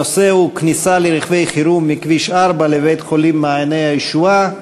הנושא הוא: כניסה לרכבי חירום מכביש 4 לבית-החולים "מעייני הישועה".